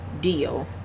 deal